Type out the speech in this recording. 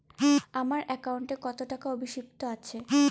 আমার একাউন্টে কত টাকা অবশিষ্ট আছে?